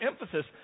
emphasis